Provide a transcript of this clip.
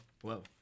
whoa